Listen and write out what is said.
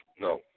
No